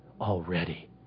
already